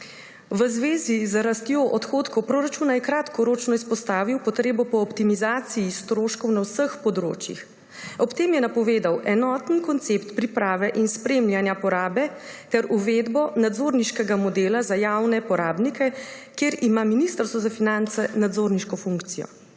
V zvezi z rastjo odhodkov proračuna je kratkoročno izpostavil potrebo po optimizaciji stroškov na vseh področjih. Ob tem je napovedal enoten koncept priprave in spremljanja porabe ter uvedbo nadzorniškega modela za javne uporabnike, kjer ima Ministrstvo za finance nadzorniško funkcijo.